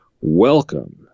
welcome